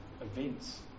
events